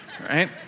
right